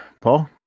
Paul